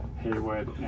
Haywood